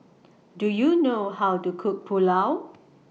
Do YOU know How to Cook Pulao